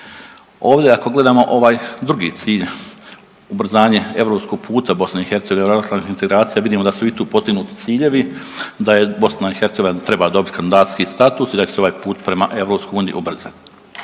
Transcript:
Ovde ako gledamo ovaj drugi cilj, ubrzanje europskog puta BiH euroatlanske integracije vidimo da su i tu postignuti ciljevi, da je BiH da treba dobiti kandidacijski status i da će ovaj put prema EU ubrzati.